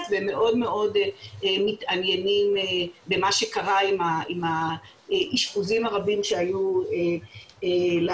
ומאוד מאוד מתעניינים במה שקרה עם האשפוזים הרבים שהיו לאחרונה.